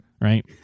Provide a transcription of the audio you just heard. Right